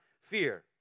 fear